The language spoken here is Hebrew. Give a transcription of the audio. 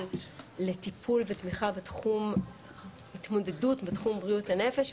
לטיפול ותמיכה בהתמודדות בתחום בריאות הנפש,